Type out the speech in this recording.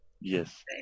Yes